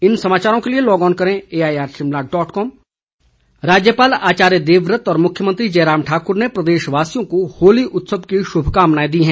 बधाई होली राज्यपाल आचार्य देवव्रत और मुख्यमंत्री जयराम ठाकुर ने प्रदेशवासियों को होली उत्सव की शुभकामनाएं दी हैं